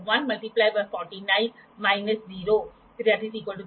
तो यह ६० डिग्री है यह ४५ डिग्री है क्षमा करें यह ३० डिग्री है और यह ६० डिग्री है